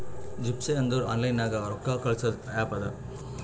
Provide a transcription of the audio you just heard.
GPay ಅಂದುರ್ online ನಾಗ್ ರೊಕ್ಕಾ ಕಳ್ಸದ್ ಆ್ಯಪ್ ಅದಾ